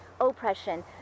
oppression